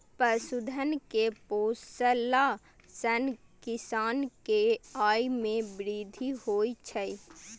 पशुधन कें पोसला सं किसान के आय मे वृद्धि होइ छै